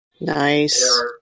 Nice